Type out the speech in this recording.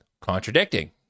Contradicting